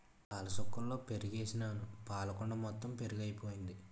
పాలసుక్కలలో పెరుగుసుకేసినాను పాలకుండ మొత్తెము పెరుగైపోయింది